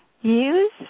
use